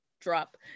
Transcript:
drop